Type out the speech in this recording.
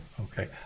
Okay